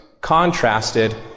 contrasted